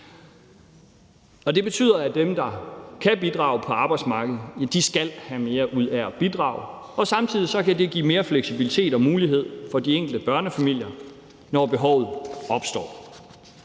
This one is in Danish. Det betyder, at dem, der kan bidrage på arbejdsmarkedet, skal have mere ud af at bidrage, og samtidig kan det give mere fleksibilitet og mulighed for de enkelte børnefamilier, når behovet opstår.